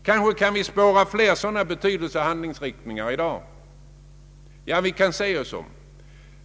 Kanske kan vi spåra fler sådana betydelsefulla handlingsriktningar i dag. Ja, vi kan se oss om.